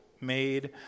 made